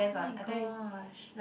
oh my gosh